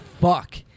Fuck